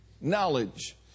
Knowledge